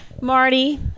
Marty